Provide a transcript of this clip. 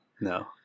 no